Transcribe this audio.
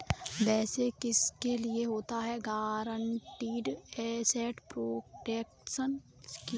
वैसे किसके लिए होता है गारंटीड एसेट प्रोटेक्शन स्कीम?